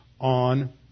on